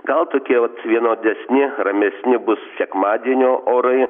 gal tokie vat vienodesni ramesni bus sekmadienio orai